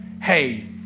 hey